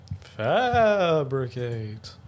Fabricate